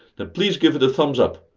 then please give it a thumbs up!